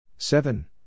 Seven